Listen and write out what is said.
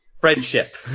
Friendship